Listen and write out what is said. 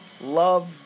Love